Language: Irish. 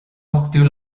ochtú